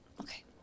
Okay